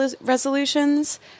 resolutions